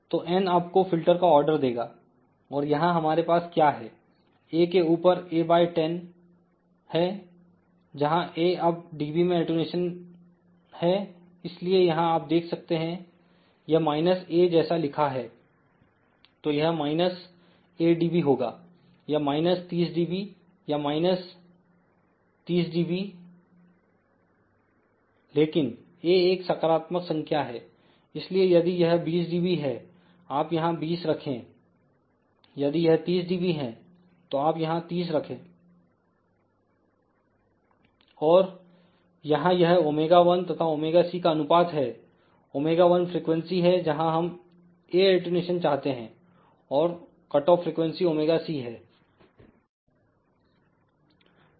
तो n आपको filter का आर्डर देगा और यहां हमारे पास क्या है A के ऊपर A बाय 10 है जहां A अब dB में अटेंन्यूशन हैइसलिए यहां आप देख सकते हैं यह माइनस A जैसा लिखा है तो यह माइनस A dB होगा या माइनस 30dB या माइनस 30dB लेकिन A एक सकारात्मक संख्या है इसलिए यदि यह 20 dB है आप यहां 20 रखें यदि यह 30 dB है तो आप यहां 30 रखेंऔर यहां यह ω1तथा ωc का अनुपात हैω1 फ्रीक्वेंसी है जहां हम A अटेंन्यूशन चाहते हैं और कटऑफ फ्रिकवेंसी ωc है